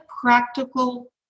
practical